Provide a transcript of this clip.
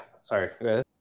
sorry